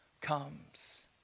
comes